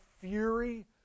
fury